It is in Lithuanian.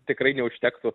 tikrai neužtektų